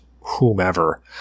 whomever